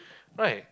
why